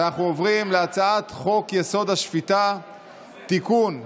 ולכן הצעת חוק ביטוח בריאות ממלכתי (תיקון,